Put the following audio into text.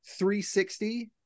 360